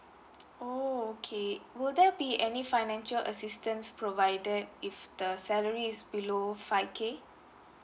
oh okay will there be any financial assistance provided if the salary is below five k